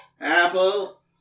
apple